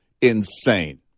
insane